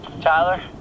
Tyler